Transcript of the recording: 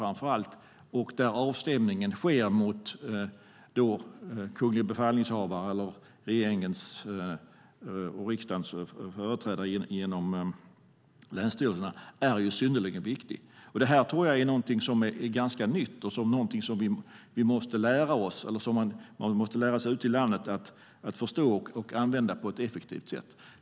Det sker en avstämning mot kunglig befallningshavare, regeringens och riksdagens företrädare, genom länsstyrelserna. Det är synnerligen viktigt. Detta är någonting som är ganska nytt som vi måste lära oss och som man ute i landet måste lära sig att förstå och använda på ett effektivt sätt.